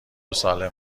سالم